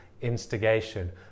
instigation